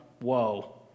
whoa